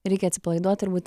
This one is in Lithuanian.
reikia atsipalaiduot turbūt